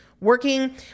working